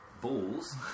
balls